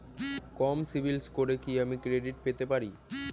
কম CIBIL স্কোরে কি আমি ক্রেডিট পেতে পারি?